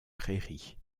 prairies